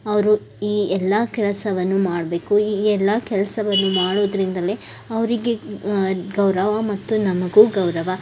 ಅವರು ಈ ಎಲ್ಲ ಕೆಲಸವನ್ನು ಮಾಡಬೇಕು ಈ ಎಲ್ಲ ಕೆಲಸವನ್ನು ಮಾಡೋದರಿಂದಲೇ ಅವರಿಗೆ ಗೌರವ ಮತ್ತು ನಮಗೂ ಗೌರವ